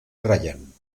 ryan